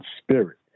spirit